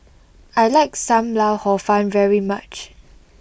I like Sam Lau Hor Fun very much